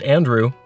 Andrew